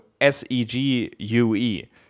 S-E-G-U-E